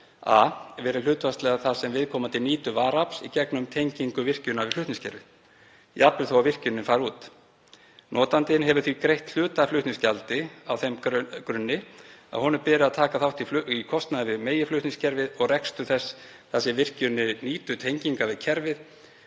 a verið hlutfallsleg þar sem viðkomandi nýtur varaafls í gegnum tengingu virkjunar við flutningskerfið, jafnvel þó að virkjunin fari út. Notandinn hefur því greitt hluta af flutningsgjaldi á þeim grunni að honum beri að taka þátt í kostnaði við meginflutningskerfið og rekstur þess þar sem virkjunin nýtur tengingar við kerfið